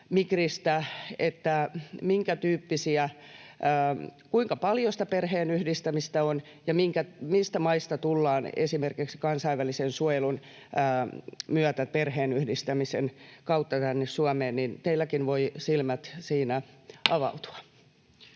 katsomassa Migristä, kuinka paljon sitä perheenyhdistämistä on ja mistä maista tullaan esimerkiksi kansainvälisen suojelun myötä perheenyhdistämisen kautta tänne Suomeen, niin teilläkin voivat silmät siinä